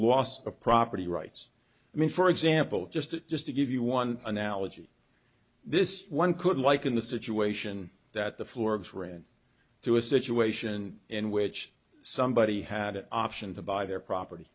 loss of property rights i mean for example just just to give you one analogy this one could liken the situation that the florida ran to a situation in which somebody had an option to buy their property